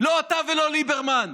לא אתה ולא ליברמן.